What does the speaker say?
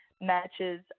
matches